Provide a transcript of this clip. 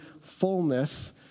fullness